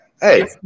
Hey